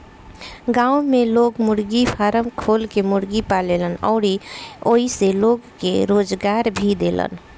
गांव में लोग मुर्गी फारम खोल के मुर्गी पालेलन अउरी ओइसे लोग के रोजगार भी देलन